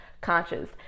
conscious